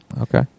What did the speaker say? Okay